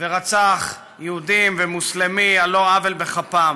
ורצח יהודים ומוסלמי על לא עוול בכפם.